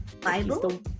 Bible